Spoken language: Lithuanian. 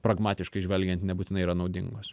pragmatiškai žvelgiant nebūtinai yra naudingos